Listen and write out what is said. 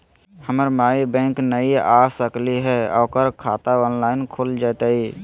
हमर माई बैंक नई आ सकली हई, ओकर खाता ऑनलाइन खुल जयतई?